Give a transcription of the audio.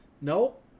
Nope